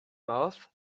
mouth